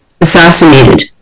assassinated